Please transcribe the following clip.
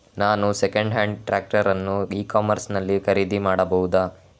ನಾನು second hand tractor ಅನ್ನು e commerce ನಲ್ಲಿ ಖರೀದಿ ಮಾಡಬಹುದಾ?